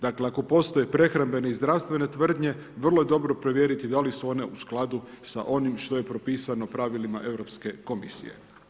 Dakle ako postoje prehrambene i zdravstvene tvrdnje, vrlo je dobro provjeriti da li su one u skladu sa onim što je propisano pravilima Europske komisije.